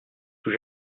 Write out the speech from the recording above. sous